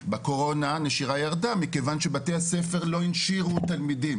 בקורונה הנשירה ירדה מכיוון שבתי-הספר לא הנשירו תלמידים.